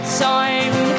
time